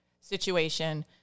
situation